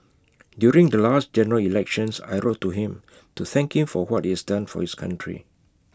during the last general elections I wrote to him to thank him for what he has done for this country